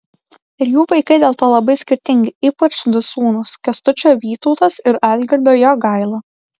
ir jų vaikai dėl to labai skirtingi ypač du sūnūs kęstučio vytautas ir algirdo jogaila